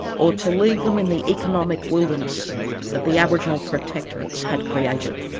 or to leave them in the economic wilderness that the aboriginal protectorates had created.